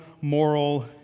moral